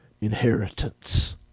inheritance